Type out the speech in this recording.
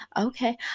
Okay